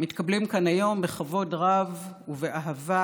מתקבלים כאן היום בכבוד רב ובאהבה.